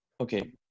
Okay